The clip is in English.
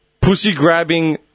Pussy-grabbing